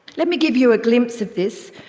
let me give you a glimpse of this